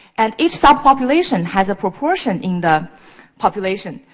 and each sub-population has a proportion in the population.